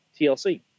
TLC